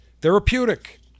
therapeutic